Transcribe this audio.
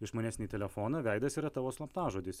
išmanesnį telefoną veidas yra tavo slaptažodis